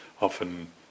Often